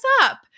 up